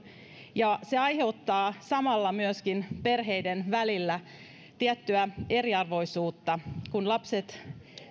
ja se aiheuttaa samalla myöskin perheiden välille tiettyä eriarvoisuutta kun lapset